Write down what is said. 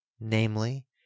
namely